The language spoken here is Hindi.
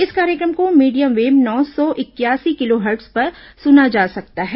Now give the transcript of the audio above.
इस कार्यक्रम को मीडियम वेब नौ सौ इकयासी किलो हर्ट्ज पर सुना जा सकता है